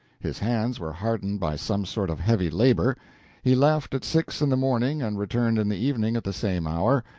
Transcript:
his hands were hardened by some sort of heavy labor he left at six in the morning and returned in the evening at the same hour.